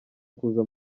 kuza